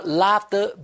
laughter